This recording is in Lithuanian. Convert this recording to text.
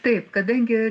taip kadangi